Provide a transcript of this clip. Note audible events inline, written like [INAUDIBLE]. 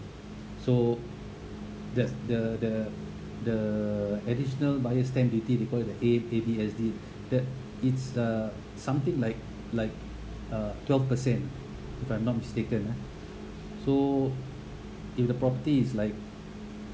so that's the the the additional buyer's stamp duty we call it the A A_B_S_D [BREATH] the it's uh something like like uh twelve percent if I'm not mistaken lah so if the property is like